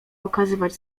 okazywać